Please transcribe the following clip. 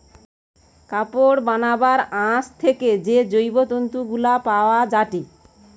কাপড় বানাবার আঁশ থেকে যে জৈব তন্তু গুলা পায়া যায়টে